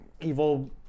evil